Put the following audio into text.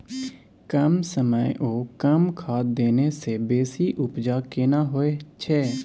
कम समय ओ कम खाद देने से बेसी उपजा केना होय छै?